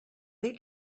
they